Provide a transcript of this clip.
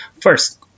First